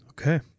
Okay